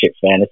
fantasy